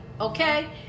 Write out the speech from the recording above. okay